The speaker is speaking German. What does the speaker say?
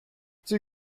sie